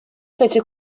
fece